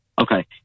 okay